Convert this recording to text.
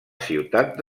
ciutat